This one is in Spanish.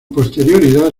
posterioridad